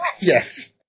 Yes